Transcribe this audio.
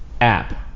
app